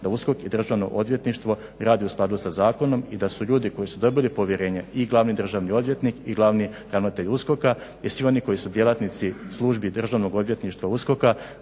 da USKOK i Državno odvjetništvo radi u skladu sa zakonom i da su ljudi koji su dobili povjerenje i glavni državni odvjetnik i glavni ravnatelj USKOK-a i svi oni koji su djelatnici službi Državno odvjetništva i